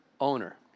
owner